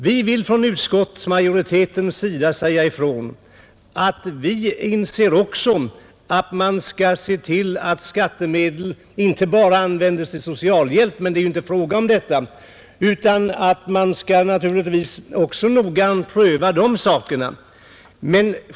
Vi vill från utskottsmajoritetens sida säga ifrån att också vi inser att man skall se till att skattemedel inte bara används till socialhjälp. Det är ju inte fråga om detta. Naturligtvis skall man också noggrant pröva sådana saker.